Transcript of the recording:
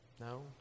No